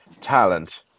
talent